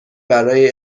برای